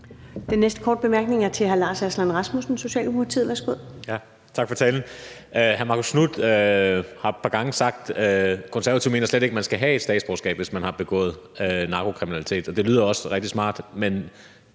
Socialdemokratiet. Værsgo. Kl. 14:00 Lars Aslan Rasmussen (S): Tak for talen. Hr. Marcus Knuth har et par gange sagt, at Konservative slet ikke mener, at man skal have et statsborgerskab, hvis man har begået narkokriminalitet. Og det lyder også rigtig smart, men